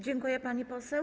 Dziękuję, pani poseł.